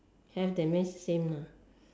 have that means same lah